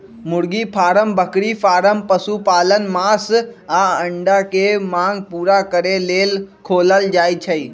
मुर्गी फारम बकरी फारम पशुपालन मास आऽ अंडा के मांग पुरा करे लेल खोलल जाइ छइ